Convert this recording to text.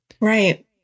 Right